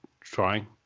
trying